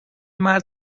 مرد